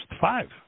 five